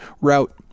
route